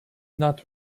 not